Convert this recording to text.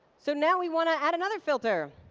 so now, we want to add another filter.